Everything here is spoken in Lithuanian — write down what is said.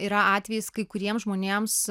yra atvejis kai kuriems žmonėms